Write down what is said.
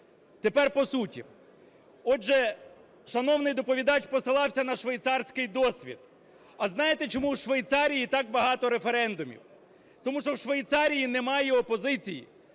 Тепер по суті. Отже, шановний доповідач посилався на швейцарський досвід. А знаєте, чому у Швейцарії так багато референдумів? Тому що у Швейцарії немає опозиції.